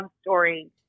story